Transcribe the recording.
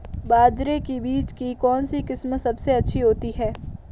बाजरे के बीज की कौनसी किस्म सबसे अच्छी होती है?